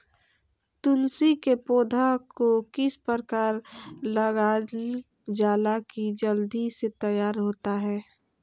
तुलसी के पौधा को किस प्रकार लगालजाला की जल्द से तैयार होता है?